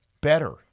better